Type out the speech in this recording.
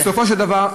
בסופו של דבר,